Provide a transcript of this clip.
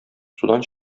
судан